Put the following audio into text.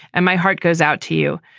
and my heart goes out to you.